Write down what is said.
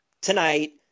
tonight